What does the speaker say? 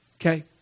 Okay